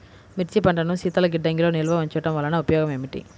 మిర్చి పంటను శీతల గిడ్డంగిలో నిల్వ ఉంచటం వలన ఉపయోగం ఏమిటి?